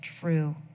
true